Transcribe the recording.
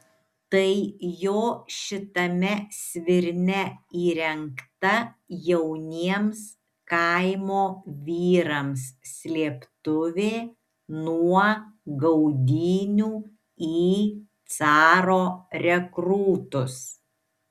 tai jo šitame svirne įrengta jauniems kaimo vyrams slėptuvė nuo gaudynių į caro rekrūtus